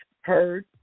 heard